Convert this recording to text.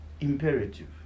imperative